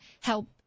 help